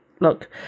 look